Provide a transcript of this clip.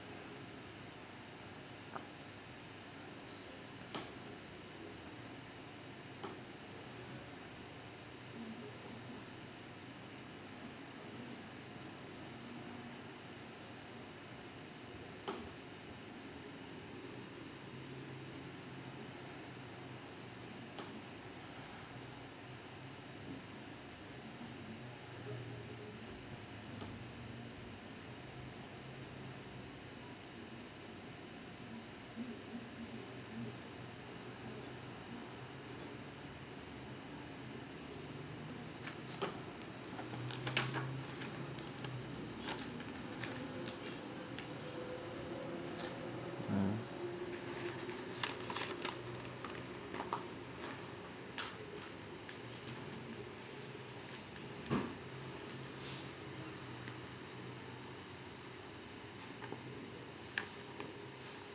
mm